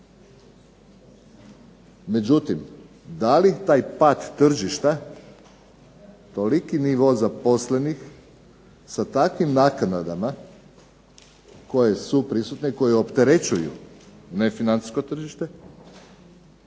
Međutim da li taj pad tržišta, toliki nivo zaposlenih sa takvim naknadama koje su prisutne i koje opterećuju nefinancijsko tržište